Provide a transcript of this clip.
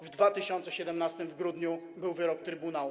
W 2017 r. w grudniu był wyrok trybunału.